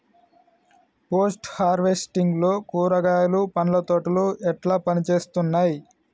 Post harvesting లో కూరగాయలు పండ్ల తోటలు ఎట్లా పనిచేత్తనయ్?